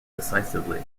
decisively